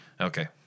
Okay